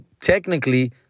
technically